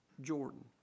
Jordan